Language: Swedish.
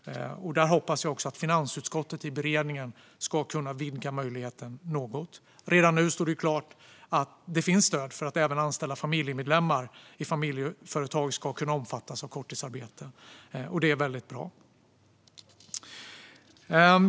Jag hoppas att finansutskottet i beredningen ska kunna vidga möjligheten något. Redan nu står det klart att det finns stöd för att även anställda familjemedlemmar i familjeföretag ska kunna omfattas av korttidsarbete, och det är väldigt bra.